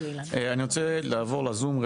אני רוצה לעבור לזום.